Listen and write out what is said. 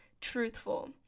truthful